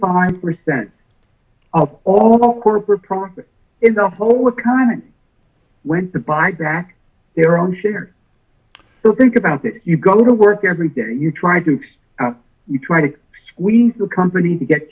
five percent of all corporate profits in the whole economy went to buy back their own shares so think about that you go to work every day you try to you try to squeeze the company to get